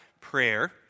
prayer